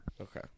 Okay